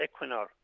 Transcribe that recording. Equinor